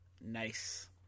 Nice